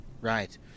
Right